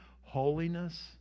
Holiness